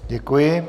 Děkuji.